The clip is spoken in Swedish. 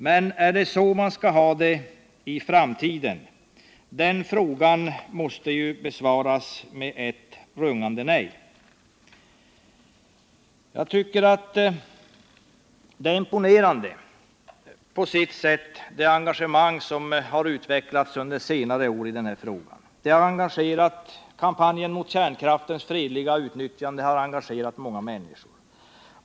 Men är det så man skall ha det i framtiden? Den frågan måste ju besvaras med ett rungande nej. Jag tycker att det engagemang som utvecklats under senare år i den här frågan är imponerande. Kampanjen mot kärnkraftens fredliga utnyttjande har engagerat många människor.